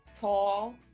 tall